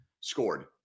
scored